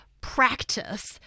practice